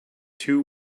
two